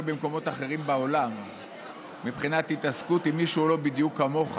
במקומות אחרים בעולם מבחינת התעסקות עם מי שהוא לא בדיוק כמוך